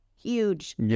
huge